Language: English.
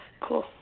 Cool